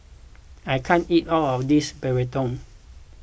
I can't eat all of this Burrito